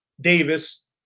Davis